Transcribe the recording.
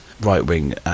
right-wing